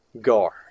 guard